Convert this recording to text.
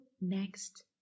next